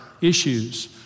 issues